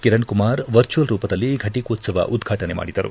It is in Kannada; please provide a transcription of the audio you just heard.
ಕಿರಣ್ ಕುಮಾರ್ ವರ್ಚುವಲ್ ರೂಪದಲ್ಲಿ ಘಟಿಕೋತ್ಸವ ಉದ್ಘಾಟನೆ ಮಾಡಿದರು